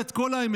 ואת כל האמת